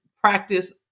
practice